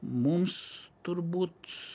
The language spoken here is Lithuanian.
mums turbūt